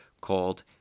called